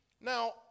Now